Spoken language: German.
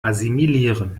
assimilieren